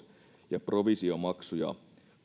ja provisiomaksuja